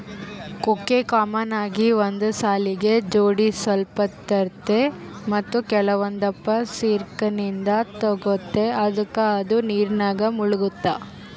ಕೊಕ್ಕೆ ಕಾಮನ್ ಆಗಿ ಒಂದು ಸಾಲಿಗೆ ಜೋಡಿಸಲ್ಪಟ್ಟಿರ್ತತೆ ಮತ್ತೆ ಕೆಲವೊಂದಪ್ಪ ಸಿಂಕರ್ನಿಂದ ತೂಗ್ತತೆ ಅದುಕ ಅದು ನೀರಿನಾಗ ಮುಳುಗ್ತತೆ